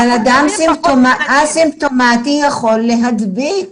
אבל אסימפטומטי יכול להדביק.